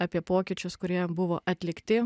apie pokyčius kurie buvo atlikti